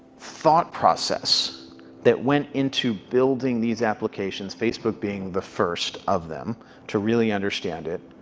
thought process that went into building these applications, facebook being the first of them to really understand it,